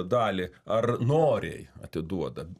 dalį ar noriai atiduoda